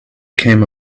came